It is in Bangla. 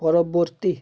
পরবর্তী